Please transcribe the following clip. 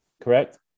correct